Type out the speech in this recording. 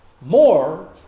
more